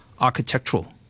architectural